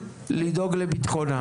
לדאוג לביטחונה?